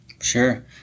Sure